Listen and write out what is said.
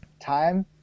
time